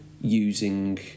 using